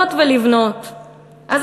לבנות ולבנות,